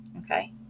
Okay